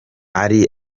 ari